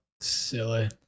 silly